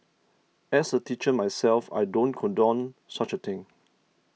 as a teacher myself I don't condone such a thing